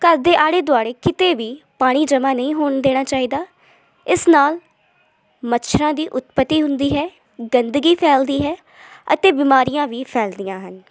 ਘਰ ਦੇ ਆਲੇ ਦੁਆਲੇ ਕਿਤੇ ਵੀ ਪਾਣੀ ਜਮ੍ਹਾਂ ਨਹੀਂ ਹੋਣ ਦੇਣਾ ਚਾਹੀਦਾ ਇਸ ਨਾਲ ਮੱਛਰਾਂ ਦੀ ਉਤਪੱਤੀ ਹੁੰਦੀ ਹੈ ਗੰਦਗੀ ਫੈਲਦੀ ਹੈ ਅਤੇ ਬਿਮਾਰੀਆਂ ਵੀ ਫੈਲਦੀਆਂ ਹਨ